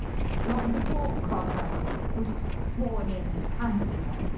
long before cromwell was sworn in as councillor.